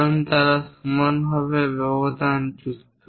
কারণ তারা সমানভাবে ব্যবধানযুক্ত